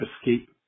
Escape